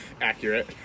Accurate